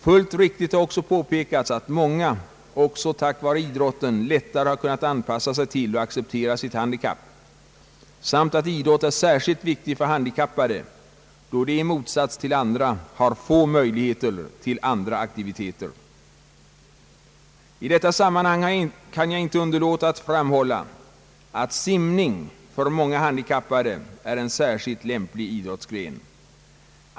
Fullt riktigt har också påpekats att många också tack vare idrotten lättare har kunnat anpassa sig till och acceptera sitt handikapp samt att idrotten är särskilt viktig för handikappade, då de i motsats till andra har få möjligheter till andra aktiviteter. I detta sammanhang kan jag inte underlåta att framhålla att simning för många handikappade är en särskilt lämplig idrottsgren.